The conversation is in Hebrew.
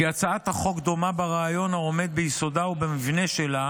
כי הצעת החוק דומה ברעיון העומד ביסודה ובמבנה שלה